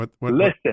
Listen